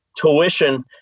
tuition